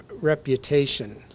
reputation